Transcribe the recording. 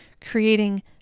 creating